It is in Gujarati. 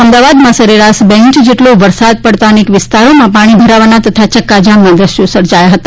અમદાવાદમાં સરેરાશ બે ઇંચ જેટલો વરસાદ પડતા અનેક વિસ્તારોમાં પાણી ભરાવાના તથા ચક્કાજામના દેશ્યો સર્જાયા હતા